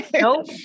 Nope